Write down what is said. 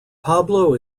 pablo